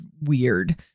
weird